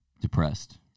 depressed